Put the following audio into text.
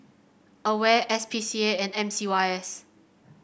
Aware S P C A and M C Y S